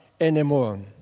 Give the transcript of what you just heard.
anymore